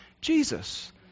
Jesus